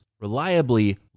Reliably